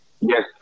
Yes